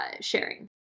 sharing